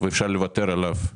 ואפשר לוותר עליו.